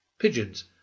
Pigeons